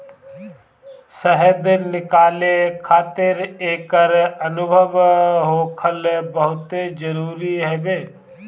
शहद निकाले खातिर एकर अनुभव होखल बहुते जरुरी हवे